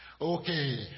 okay